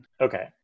Okay